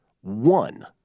one